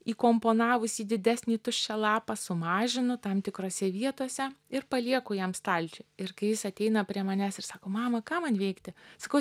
įkomponavus į didesnį tuščią lapą sumažinu tam tikrose vietose ir palieku jam stalčiuj ir kai jis ateina prie manęs ir sako mama ką man veikti sakau